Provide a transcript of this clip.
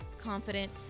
confident